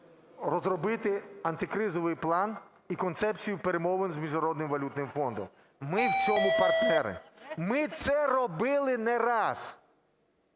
розробити антикризовий план і концепцію перемовин з Міжнародним валютним фондом. Ми в цьому партнери, ми це робили не раз.